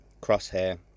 Crosshair